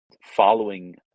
following